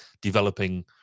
developing